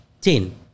ten